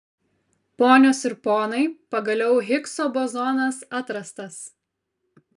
ponios ir ponai pagaliau higso bozonas atrastas